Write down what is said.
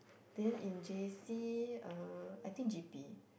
then in J_C uh I think G_P